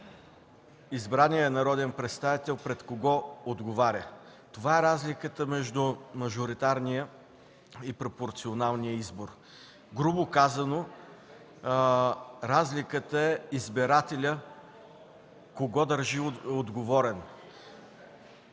избраният народен представител. Това е разликата между мажоритарния и пропорционалния избор. Грубо казано, разликата е избирателят кого държи отговорен,